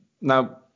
now